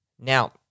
Now